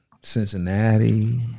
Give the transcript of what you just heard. Cincinnati